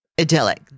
idyllic